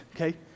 Okay